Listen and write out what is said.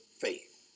faith